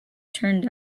turned